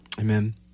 Amen